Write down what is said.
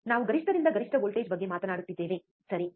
ನಾವು ಗರಿಷ್ಠದಿಂದ ಗರಿಷ್ಠ ವೋಲ್ಟೇಜ್ ಬಗ್ಗೆ ಮಾತನಾಡುತ್ತಿದ್ದೇವೆ ಸರಿ